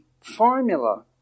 formula